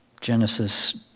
Genesis